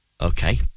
Okay